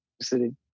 city